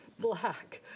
black.